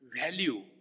value